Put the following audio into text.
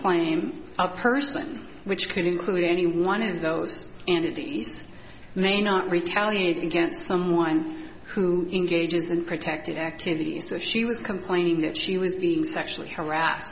claim a person which could include any one of those and if may not retaliate against someone who engages in protected activities that she was complaining that she was being sexually harassed